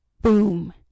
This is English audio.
Boom